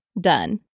done